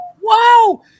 Wow